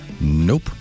nope